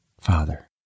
father